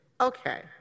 Okay